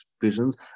visions